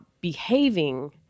behaving